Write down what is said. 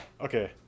Okay